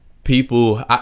People